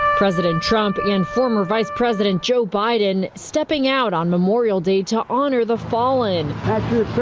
president trump in former vice president joe biden stepping out on memorial day to honor the fallen